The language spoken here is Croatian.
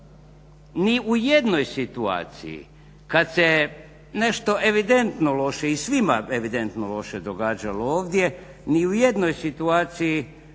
Ni u jednoj situaciji kada se nešto evidentno loše i svima evidentno loše događalo ovdje, ni u jednoj situaciji